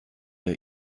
der